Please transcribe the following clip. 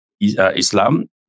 Islam